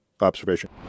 observation